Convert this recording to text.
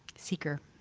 seeker.